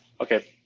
Okay